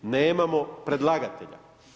Nemamo predlagatelja.